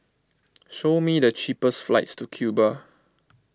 show me the cheapest flights to Cuba